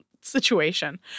situation